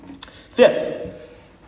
Fifth